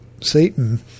Satan